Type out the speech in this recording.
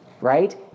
right